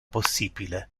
possibile